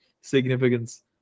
significance